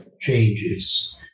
changes